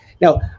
Now